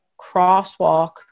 crosswalk